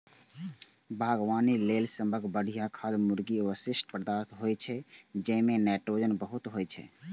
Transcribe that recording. बागवानी लेल सबसं बढ़िया खाद मुर्गीक अवशिष्ट पदार्थ होइ छै, जइमे नाइट्रोजन बहुत होइ छै